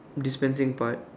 distance same part